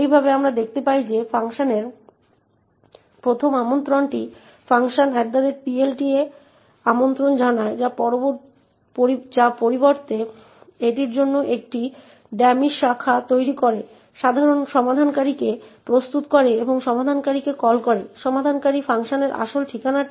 এবং আমরা লক্ষ্য করি যে এটির একটি মান 0804a028 যা মূলত এই একটি 0804a028 সামান্য ইন্ডিয়ান নোটেশনে সাজানো